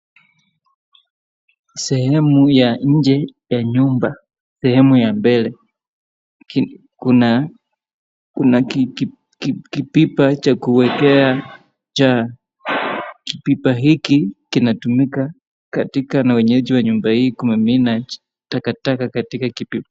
Sehemu ya nje ya nyumba, sehemu ya mbele. Kuna, kuna kipipa cha kuwekea chaa. Kipipa hiki kinatumika katika na wenyeji wa nyumba hii kumimina takataka katika kipipa.